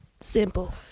simple